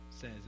says